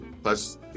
Plus